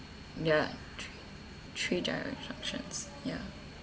ya three three giro instructions ya